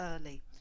early